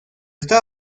está